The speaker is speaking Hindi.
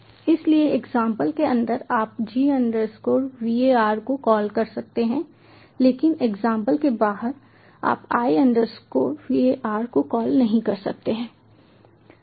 इसलिए एग्जांपल के अंदर आप g var को कॉल कर सकते हैं लेकिन एग्जांपल के बाहर आप i var को कॉल नहीं कर सकते हैं